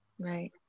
Right